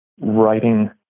writing